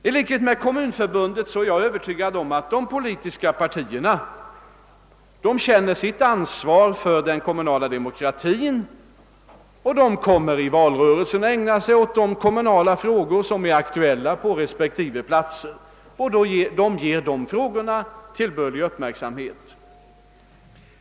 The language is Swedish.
I likhet med Kommunförbundet är jag övertygad om att de politiska partierna känner sitt ansvar för den kommunala demokratin och att de i valrörelsen kommer att ägna de kommunala frågor som är aktuella på respektive platser tillbörlig uppmärksamhet.